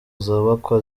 zubakwa